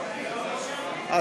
אדוני היושב-ראש, אני פספסתי.